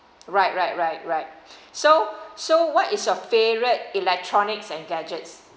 right right right right so so what is your favourite electronics and gadgets